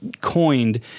Coined